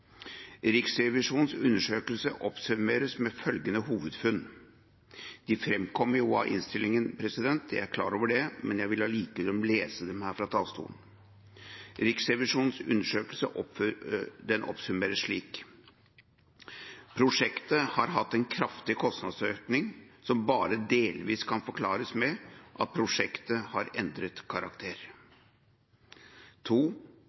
Riksrevisjonens undersøkelse oppsummeres med hovedfunn som framkommer av innstillingen – jeg er klar over det – men jeg vil allikevel lese dem her fra talerstolen. Riksrevisjonens undersøkelse oppsummeres slik: Prosjektet har hatt en kraftig kostnadsøkning som bare delvis kan forklares med at prosjektet har endret karakter.